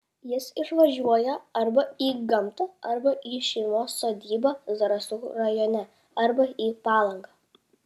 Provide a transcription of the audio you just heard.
jis išvažiuoja arba į gamtą arba į šeimos sodybą zarasų rajone arba į palangą